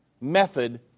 method